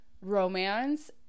romance